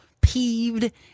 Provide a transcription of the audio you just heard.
peeved